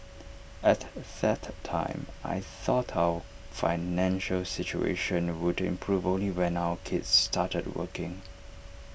at that time I thought our financial situation would improve only when our kids started working